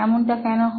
এমনটা কেন হয়